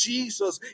Jesus